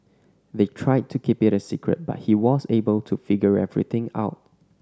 they tried to keep it a secret but he was able to figure everything out